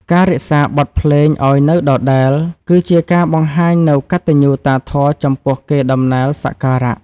ការរក្សាបទភ្លេងឱ្យនៅដដែល គឺជាការបង្ហាញនូវកតញ្ញូតាធម៌ចំពោះកេរដំណែលសក្ការៈ។